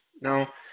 Now